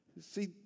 See